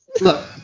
Look